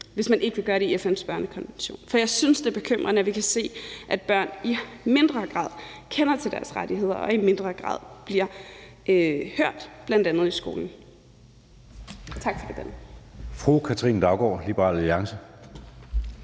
hvis ikke man vil gøre det i FN's børnekonvention. Jeg synes, det er bekymrende, at vi kan se, at børn i mindre grad kender til deres rettigheder og i mindre grad bliver hørt, bl.a. i skolen. Tak for debatten.